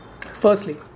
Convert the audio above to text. Firstly